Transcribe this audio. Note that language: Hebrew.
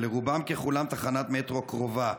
ולרובם ככולם תחנת מטרו קרובה.